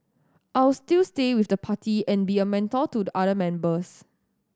I'll still stay with the party and be a mentor to the other members